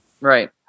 Right